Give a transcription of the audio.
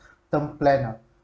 term plan ah